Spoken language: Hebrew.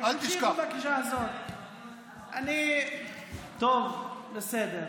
טוב, בסדר.